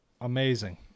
amazing